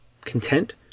content